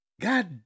God